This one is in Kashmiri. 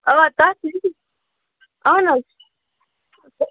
اوا تَتھ اَہَن حظ